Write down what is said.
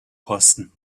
kosten